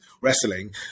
wrestling